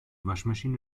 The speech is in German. waschmaschine